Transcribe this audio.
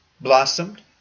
blossomed